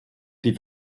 die